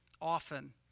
often